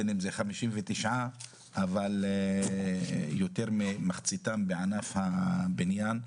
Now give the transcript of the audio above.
בין אם זה 59. אבל יותר ממחציתם בענף הבניין,